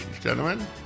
gentlemen